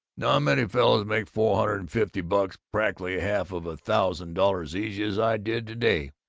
not many fellows make four hundred and fifty bucks, practically half of a thousand dollars easy as i did to-day!